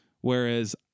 Whereas